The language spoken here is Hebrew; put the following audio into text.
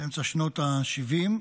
באמצע שנות השבעים.